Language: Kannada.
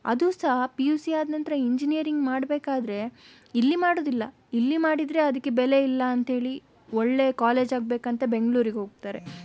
ಅದೂ ಸಹ ಪಿ ಯು ಸಿ ಆದ ನಂತರ ಇಂಜಿನಿಯರಿಂಗ್ ಮಾಡಬೇಕಾದರೆ ಇಲ್ಲಿ ಮಾಡುವುದಿಲ್ಲ ಇಲ್ಲಿ ಮಾಡಿದರೆ ಅದಕ್ಕೆ ಬೆಲೆಯಿಲ್ಲ ಅಂತ ಹೇಳಿ ಒಳ್ಳೆಯ ಕಾಲೇಜ್ ಆಗಬೇಕಂತ ಬೆಂಗಳೂರಿಗೆ ಹೋಗ್ತಾರೆ